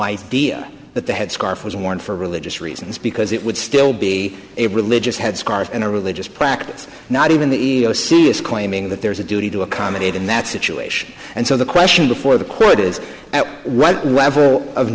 idea that the headscarf was worn for religious reasons because it would still be a religious head scarf in a religious practice not even the serious claiming that there is a duty to accommodate in that situation and so the question before the court is